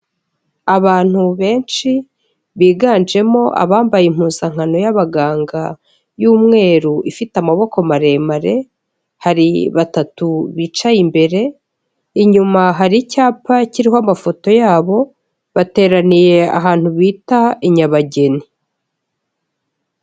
Abantu benshi biganjemo abambaye impuzankano y'abaganga y'umweru ifite amaboko maremare, hari batatu bicaye imbere inyuma hari icyapa kiriho amafoto yabo bateraniye ahantu bita i Nyabageni.